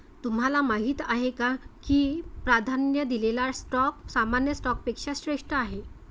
तुम्हाला माहीत आहे का की प्राधान्य दिलेला स्टॉक सामान्य स्टॉकपेक्षा श्रेष्ठ आहे?